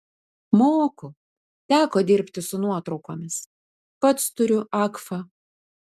moku teko dirbti su nuotraukomis pats turiu agfa